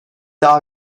daha